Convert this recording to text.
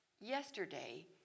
Yesterday